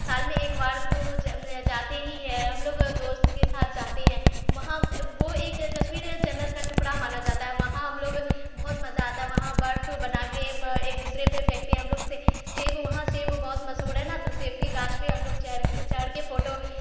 سال میں ایک بار تو جاتے ہی ہے ہم لوگ دوست کے ساتھ جاتے ہیں وہاں وہ ایک کشمیر جنت کا ٹکڑا مانا جاتا ہے وہاں ہم لوگ بہت مزہ آتا ہے وہاں برف بنا کے ایک دوسرے پہ پھینکتے ہم لوگ سے سیب وہاں سیب بہت مشہور ہے نا تو سیب کے گاچھ پہ ہم لوگ چڑھ کے فوٹو